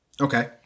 Okay